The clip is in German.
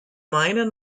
meine